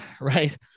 right